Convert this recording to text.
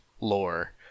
lore